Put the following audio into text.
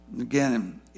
Again